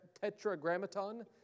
Tetragrammaton